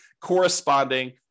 corresponding